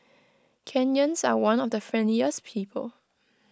Kenyans are one of the friendliest people